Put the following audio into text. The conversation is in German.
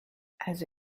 also